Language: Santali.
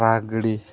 ᱴᱨᱟᱠ ᱜᱟᱹᱰᱤ